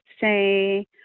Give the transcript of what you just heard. say